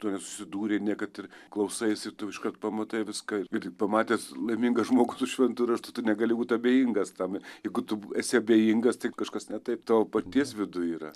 tu nesusidūrei niekad ir klausaisi iškart pamatai viską ir pamatęs laimingą žmogų su šventu raštu tu negali būti abejingas tam jeigu tu esi abejingas tai kažkas ne taip tavo paties viduj yra